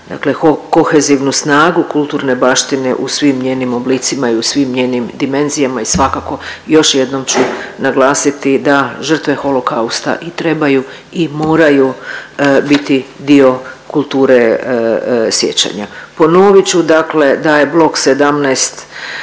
kohezivnu snagu kulturne baštine u svim njenim oblicima i u svim njenim dimenzijama i svakako još jednom ću naglasiti da žrtve Holokausta i trebaju i moraju biti dio kulture sjećanja. Ponovit ću dakle da je blok 17